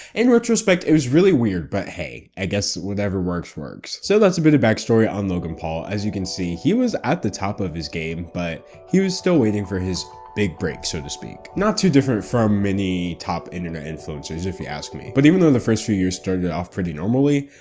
in retrospect, it was really weird, but hey, i guess whatever works works. so, that's a bit of backstory on logan paul. as you can see, he was at the top of his game, but he was still waiting for his big break, so to speak, not too different from many top internet influencers if you ask me. but even though the first few years started off pretty normally,